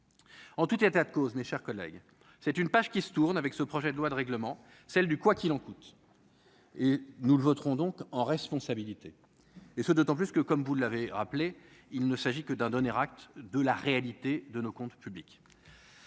En tout état de cause, mes chers collègues, c'est une page qui se tourne, avec ce projet de loi de règlement, celle du quoi qu'il en coûte, et nous le voterons donc en responsabilité et ce d'autant plus que comme vous l'avez rappelé : il ne s'agit que d'un dernier acte de la réalité de nos comptes publics.